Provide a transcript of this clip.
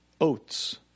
oats